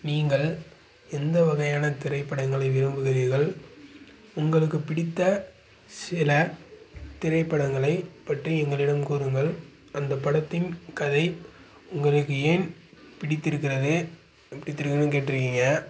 நீங்கள் எந்த வகையான திரைப்படங்களை விரும்புகிறீர்கள் உங்களுக்கு பிடித்த சில திரைப்படங்களை பற்றி எங்களிடம் கூறுங்கள் அந்த படத்தின் கதை உங்களுக்கு ஏன் பிடித்திருக்கிறது எப்படி தெரியும்னு கேட்டிருக்கீங்க